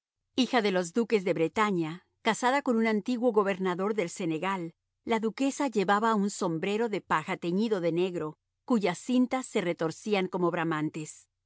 hija de los duques de bretaña casada con un antiguo gobernador del senegal la duquesa llevaba un sombrero de paja teñido de negro cuyas cintas se retorcían como bramantes